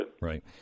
Right